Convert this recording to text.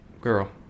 girl